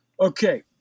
Okay